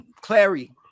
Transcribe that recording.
clary